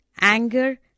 anger